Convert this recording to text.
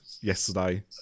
yesterday